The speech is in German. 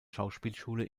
schauspielschule